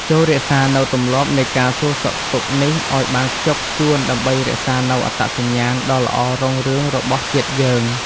ចូររក្សានូវទម្លាប់នៃការសួរសុខទុក្ខនេះឱ្យបានខ្ជាប់ខ្ជួនដើម្បីរក្សានូវអត្តសញ្ញាណដ៏ល្អរុងរឿងរបស់ជាតិយើង។